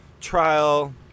trial